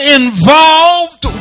involved